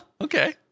Okay